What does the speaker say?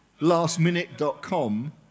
lastminute.com